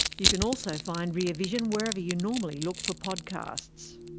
you can also find rear vision wherever you normally look for podcasts.